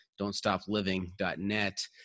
don'tstopliving.net